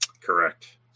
Correct